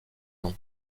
nom